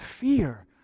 fear